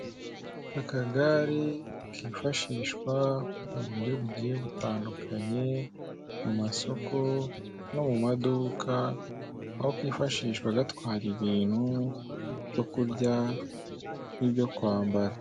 Akagare kifashishwa m'uburyo bugiye butandukanye mumasoko no mumaduka aho kifashishwa gatwara ibintu byo kurya n'ibyo kwambara.